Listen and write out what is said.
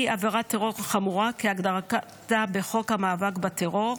היא עבירת טרור חמורה כהגדרתה בחוק המאבק בטרור,